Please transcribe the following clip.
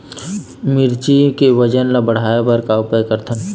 मिरचई के वजन ला बढ़ाएं बर का उपाय कर सकथन?